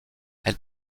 elle